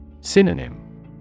Synonym